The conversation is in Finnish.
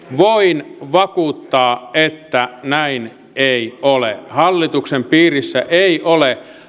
voin vakuuttaa että näin ei ole hallituksen piirissä ei ole